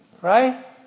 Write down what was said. Right